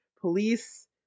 police